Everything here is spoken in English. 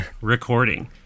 recording